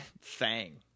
Fang